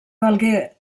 valgué